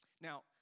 Now